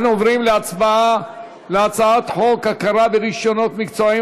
אנחנו עוברים להצבעה להצעת חוק הכרה ברישיונות מקצועיים